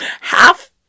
Half